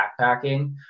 backpacking